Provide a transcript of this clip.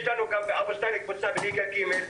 יש לנו גם קבוצות בליגה ג'.